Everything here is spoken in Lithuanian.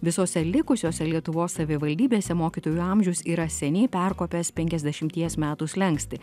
visose likusiose lietuvos savivaldybėse mokytojų amžius yra seniai perkopęs penkiasdešimties metų slenkstį